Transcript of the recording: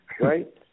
Right